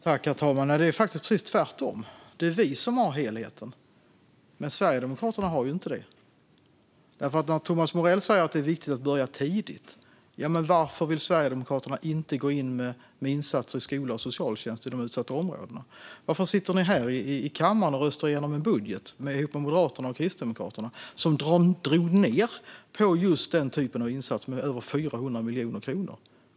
Herr talman! Det är faktiskt precis tvärtom. Det är vi som har helheten, inte Sverigedemokraterna. När Thomas Morell säger att det är viktigt att börja tidigt, undrar jag varför Sverigedemokraterna inte vill gå in med insatser i skola och socialtjänst i de utsatta områdena. Varför satt ni här i kammaren och röstade igenom en budget tillsammans med Moderaterna och Kristdemokraterna som drog ned på den typen av insatser med över 400 miljoner kronor?